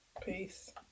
peace